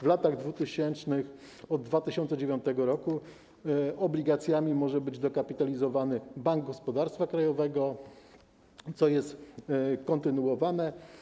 W latach dwutysięcznych, od 2009 r. obligacjami może być dokapitalizowany Bank Gospodarstwa Krajowego, co jest kontynuowane.